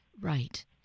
right